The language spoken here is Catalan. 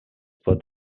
pot